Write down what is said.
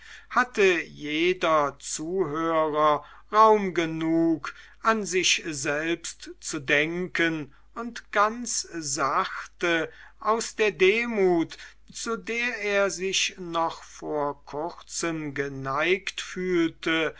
hatte jeder zuhörer raum genug an sich selbst zu denken und ganz sachte aus der demut zu der er sich noch vor kurzem geneigt fühlte